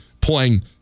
playing